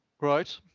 Right